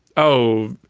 oh,